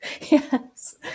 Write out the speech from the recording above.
Yes